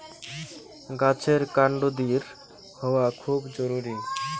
গাছের কান্ড দৃঢ় হওয়া খুব জরুরি